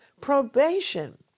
probation